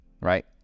Right